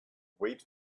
wait